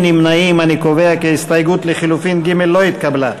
אני קובע כי הסתייגות לחלופין (ב) לא התקבלה.